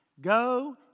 go